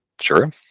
Sure